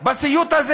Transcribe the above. על הסיוט הזה,